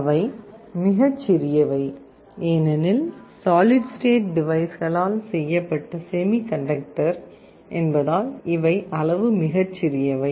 அவை மிகச் சிறியவை ஏனெனில்சாலிட் ஸ்டேட் டிவைஸ்களால் செய்யப்பட்ட செமி கண்டக்டர் என்பதால் இவை அளவு மிகச் சிறியவை